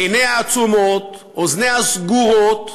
עיניה עצומות, אוזניה סגורות,